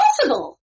possible